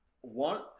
One